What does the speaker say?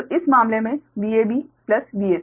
तो इस मामले में Vab Vac